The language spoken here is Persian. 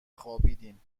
خوابیدیم